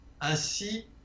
Ainsi